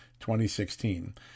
2016